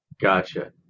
Gotcha